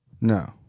No